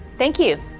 thank you.